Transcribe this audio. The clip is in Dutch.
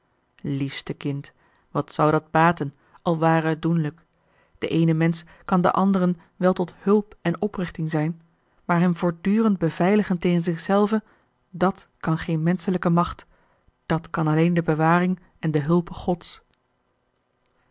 liefste kind wat zou dat baten al ware het doenlijk de eene mensch kan den anderen wel tot hulp en oprichting zijn maar hem voortdurend beveiligen tegen zich zelven dat kan geene menschelijke macht dat kan alleen de bewaring en de hulpe gods